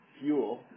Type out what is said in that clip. fuel